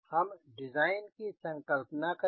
हम डिज़ाइन की संकल्पना करें